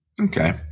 Okay